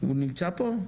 נמצא פה?